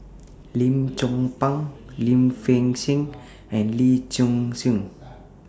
Lim Chong Pang Lim Fei Shen and Lee Shu Fen